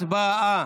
הצבעה.